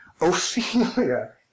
Ophelia